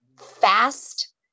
fast